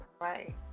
Right